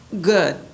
good